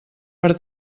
per